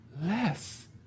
less